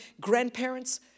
grandparents